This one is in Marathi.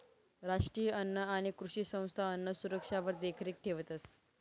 राष्ट्रीय अन्न आणि कृषी संस्था अन्नसुरक्षावर देखरेख ठेवतंस